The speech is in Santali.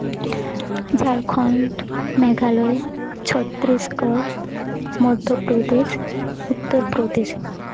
ᱡᱷᱟᱲᱠᱷᱚᱸᱰ ᱢᱮᱜᱷᱟᱞᱚᱭ ᱪᱷᱚᱛᱨᱤᱥᱜᱚᱲ ᱢᱚᱫᱽᱫᱷᱚ ᱯᱨᱚᱫᱮᱥ ᱩᱛᱛᱚᱨ ᱯᱨᱚᱫᱮᱥ